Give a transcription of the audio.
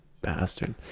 bastard